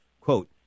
quote